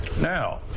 Now